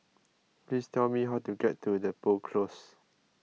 please tell me how to get to Depot Close